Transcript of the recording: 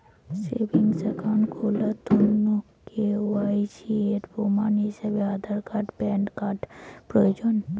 savings account খুলার তন্ন KYC এর প্রমাণ হিছাবে আধার আর প্যান কার্ড প্রয়োজন